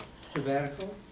sabbatical